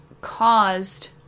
caused